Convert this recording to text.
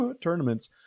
tournaments